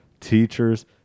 teachers